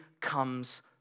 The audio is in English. comes